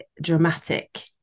dramatic